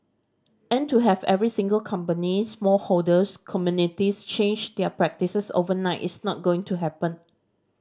and to have every single company small holders communities change their practises overnight is not going to happen